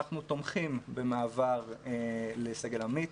אנחנו תומכים במעבר לסגל עמית.